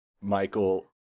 Michael